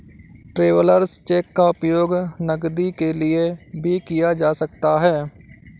travellers cheque का उपयोग नकदी के लिए भी किया जा सकता है